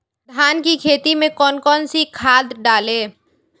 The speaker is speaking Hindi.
धान की खेती में कौन कौन सी खाद डालें?